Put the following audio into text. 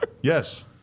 Yes